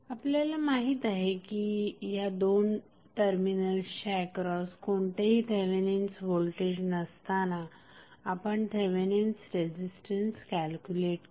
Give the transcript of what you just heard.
आपल्याला माहित आहे की या दोन टर्मिनल्सच्या एक्रॉस कोणतेही थेवेनिन्स व्होल्टेज नसताना आपण थेवेनिन्स रेझिस्टन्स कॅल्क्युलेट केला